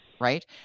right